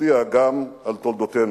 והשפיעה גם על תולדותינו: